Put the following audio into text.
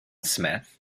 smith